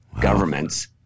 governments